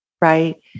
right